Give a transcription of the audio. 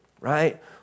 right